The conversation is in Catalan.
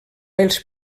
els